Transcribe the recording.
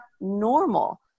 normal